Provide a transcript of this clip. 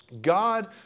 God